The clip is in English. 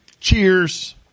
Cheers